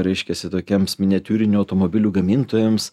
reiškiasi tokiems miniatiūrinių automobilių gamintojams